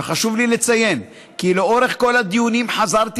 וחשוב לי לציין כי לאורך כל הדיונים חזרתי